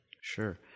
Sure